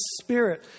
Spirit